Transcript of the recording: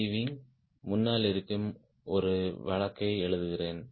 c wing முன்னால் இருக்கும் ஒரு வழக்கை எழுதுகிறேன்